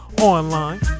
online